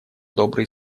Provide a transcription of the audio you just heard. добрые